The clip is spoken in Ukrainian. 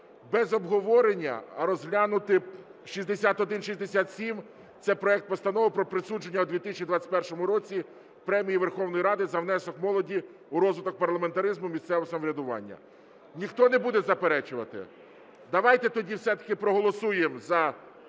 без обговорення розглянути 6167 – це проект Постанови про присудження у 2021 році Премії Верховної Ради за внесок молоді в розвиток парламентаризму, місцевого самоврядування. Ніхто не буде заперечувати? Давайте тоді все-таки проголосуємо за